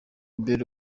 abel